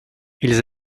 ils